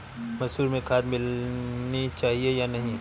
मसूर में खाद मिलनी चाहिए या नहीं?